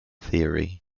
theory